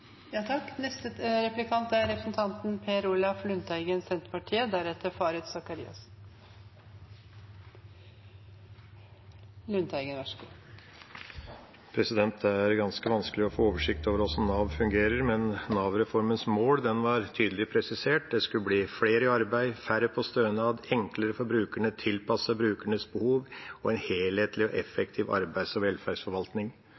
Det er ganske vanskelig å få oversikt over hvordan Nav fungerer, men Nav-reformens mål var tydelig presisert; det skulle bli flere i arbeid, færre på stønad, enklere for brukerne, tilpasset brukernes behov og en helhetlig og